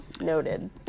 noted